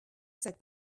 said